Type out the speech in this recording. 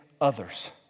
others